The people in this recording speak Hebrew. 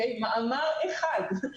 מאמר אחד.